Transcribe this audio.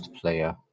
player